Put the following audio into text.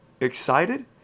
excited